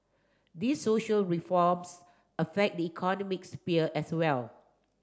these social reforms affect the economic sphere as well